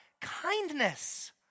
kindness